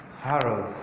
Harold